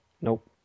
Nope